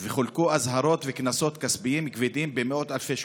וחולקו אזהרות וקנסות כספיים כבדים במאות אלפי שקלים.